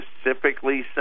specifically